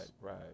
right